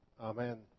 Amen